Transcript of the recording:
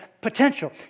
potential